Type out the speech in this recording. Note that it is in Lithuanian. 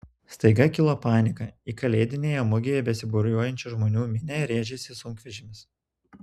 staiga kilo panika į kalėdinėje mugėje besibūriuojančių žmonių minią rėžėsi sunkvežimis